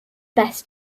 best